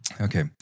Okay